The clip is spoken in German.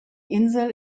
insel